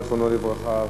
זיכרונו לברכה.